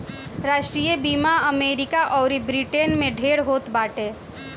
राष्ट्रीय बीमा अमरीका अउर ब्रिटेन में ढेर होत बाटे